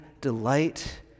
delight